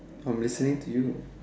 how many listening to you